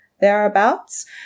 thereabouts